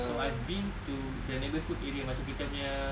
so I've been to the neighbourhood area macam kita punya